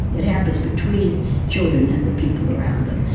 it happens between children and the people around them.